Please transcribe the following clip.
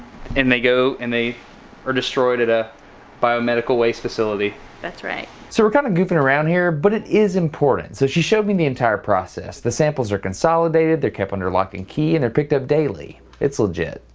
and they go and they are destroyed at a biomedical waste facility. amanda that's right destin so we're kind of goofing around here but it is important, so she showed me the entire process the samples are consolidated they're kept under lock and key, and they're picked up daily it's legit.